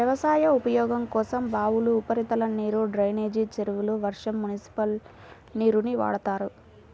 వ్యవసాయ ఉపయోగం కోసం బావులు, ఉపరితల నీరు, డ్రైనేజీ చెరువులు, వర్షం, మునిసిపల్ నీరుని వాడతారు